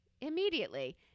Immediately